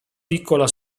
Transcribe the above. piccola